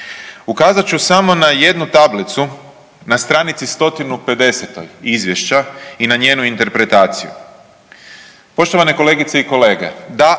ukazat ću samo na jednu tablicu na stranici 150 izvješća i na njemu interpretaciju. Poštovane kolegice i kolege, da